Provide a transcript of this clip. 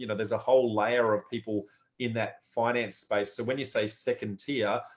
you know there's a whole layer of people in that finance space. so when you say second tier,